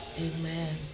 amen